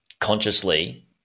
consciously